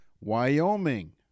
Wyoming